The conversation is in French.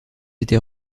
été